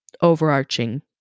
overarching